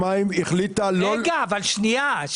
המים זה תנאי לקיומה של המדינה,